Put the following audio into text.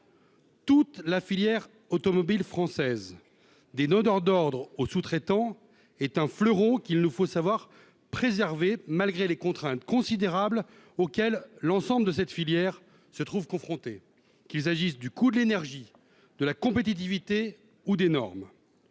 Toute la filière automobile française des nos dans d'ordre aux sous-traitants et Fleurot qu'il nous faut savoir préserver malgré les contraintes considérables auxquels l'ensemble de cette filière se trouve confronté, qu'il s'agisse du coût de l'énergie, de la compétitivité ou d'énormes